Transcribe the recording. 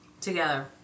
together